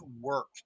work